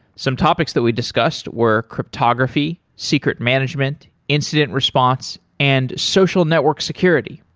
some topics that we discussed were cryptography, secret management, incident response and social network security.